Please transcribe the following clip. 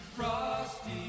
Frosty